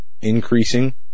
Increasing